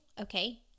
okay